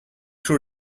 sure